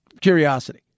curiosity